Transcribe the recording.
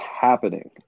happening